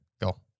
go